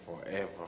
forever